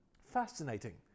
fascinating